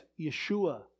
Yeshua